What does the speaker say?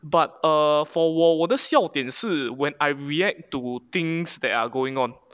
but err for 我我的笑点是 when I react to things that are going on